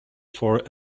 for